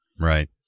Right